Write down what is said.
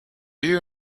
you